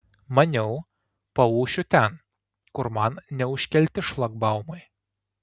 maniau paūšiu ten kur man neužkelti šlagbaumai